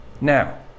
Now